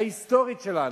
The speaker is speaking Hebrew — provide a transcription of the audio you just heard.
ההיסטורית, שלנו,